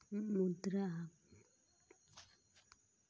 मुदा घरेलू बाजार मे सेहो निष्पक्ष व्यापार व्यवस्था के उपयोग होइ छै